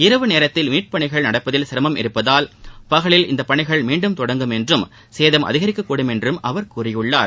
இரவு நேரத்தில் மீட்புப்பணிகள் நடப்பதில் சிரமம் இருப்பதால் பகலில் இந்த பணிகள் மீண்டும் தொடங்கும் என்றும் சேதம் அதிகரிக்கக்கூடும் என்றும் அவர் கூறியுள்ளார்